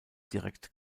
direkt